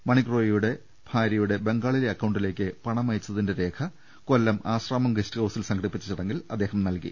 മണിക് റോയിയുടെ ഭാര്യയുടെ ബംഗാ ളിലെ അക്കൌണ്ടിലേക്ക് പണമയച്ചതിന്റെ രേഖ കൊല്ലം ആശ്രാമം ഗസ്റ്ഹൌസിൽ സംഘടിപ്പിച്ച ചടങ്ങിൽ അദ്ദേഹം നൽകി